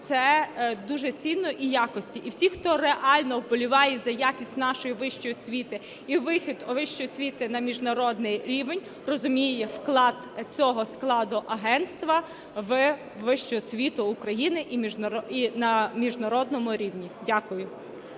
Це дуже цінно і якісно. І всі, хто реально вболіває за якість нашої вищої освіти і вихід вищої освіти на міжнародний рівень, розуміють вклад цього складу агентства у вищу освіту України і на міжнародному рівні. Дякую.